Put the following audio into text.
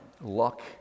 luck